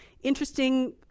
interesting